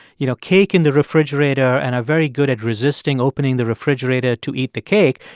you know, cake in the refrigerator and are very good at resisting opening the refrigerator to eat the cake.